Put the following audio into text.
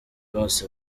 bose